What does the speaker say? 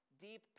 deep